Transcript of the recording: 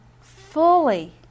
fully